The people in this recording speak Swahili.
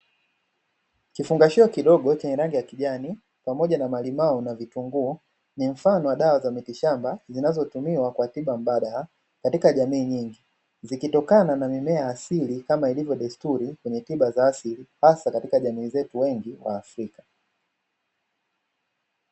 Kifungashio kidogo chenye rangi ya kijani pamoja na malimau na vitunguu ni mfano wa dawa za miti shamba zinazotumiwa kwa tiba mbadala katika jamii nyingi zikitokana na mimea asili, kama ilivyo desturi kwenye tiba za asili hasa katika jamii zetu wengi kwa afrika.